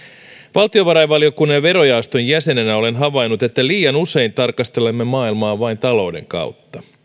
valtiovarainvaliokunnan verojaoston jäsenenä olen havainnut että liian usein tarkastelemme maailmaa vain talouden kautta